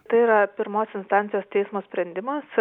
tai yra pirmos instancijos teismo sprendimas